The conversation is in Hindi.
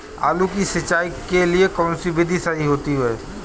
आलू की सिंचाई के लिए कौन सी विधि सही होती है?